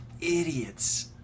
idiots